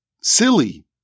silly